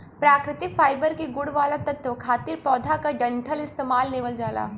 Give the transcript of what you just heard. प्राकृतिक फाइबर के गुण वाला तत्व खातिर पौधा क डंठल इस्तेमाल लेवल जाला